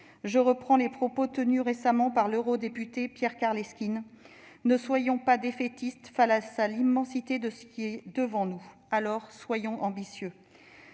Je reprends les propos tenus récemment par l'eurodéputé Pierre Karleskind :« Ne soyons pas défaitistes face à l'immensité de ce qui est devant nous. » Alors, soyons ambitieux